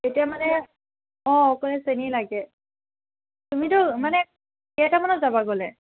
এতিয়া মানে অ' অকলে চেনী লাগে তুমিটো মানে কেইটামানত যাবা গ'লে